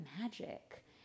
magic